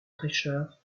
prêcheur